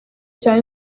cyane